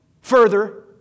further